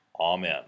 Amen